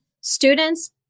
students